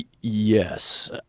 yes